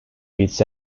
its